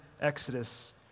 Exodus